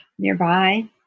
Nearby